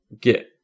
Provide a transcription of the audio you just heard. get